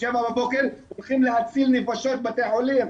בשבע בבוקר, הולכים להציל נפשות בבתי החולים,